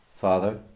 Father